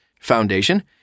Foundation